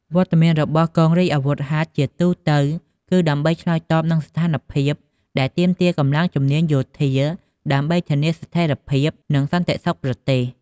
វត្តមានរបស់កងរាជអាវុធហត្ថជាទូទៅគឺដើម្បីឆ្លើយតបនឹងស្ថានភាពដែលទាមទារកម្លាំងជំនាញយោធាដើម្បីធានាស្ថេរភាពនិងសន្តិសុខប្រទេស។